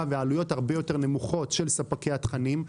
ועלויות הרבה יותר נמוכות של ספקי התכנים.